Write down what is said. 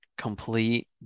Complete